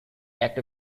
act